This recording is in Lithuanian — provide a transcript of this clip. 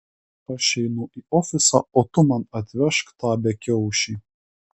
aš einu į ofisą o tu man atvežk tą bekiaušį